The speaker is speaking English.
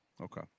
Okay